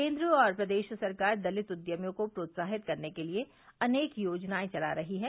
केन्द्र और प्रदेश सरकार दलित उद्यमियों को प्रोत्साहित करने के लिए अनेक योजनाएं चला रही है